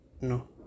no